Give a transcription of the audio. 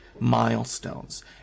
milestones